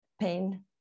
pain